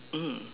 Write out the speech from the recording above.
mm